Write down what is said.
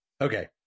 Okay